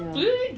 ya